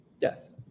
Yes